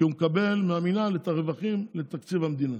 כי הוא מקבל מהמינהל את הרווחים לתקציב המדינה.